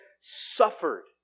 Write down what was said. suffered